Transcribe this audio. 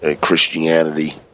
Christianity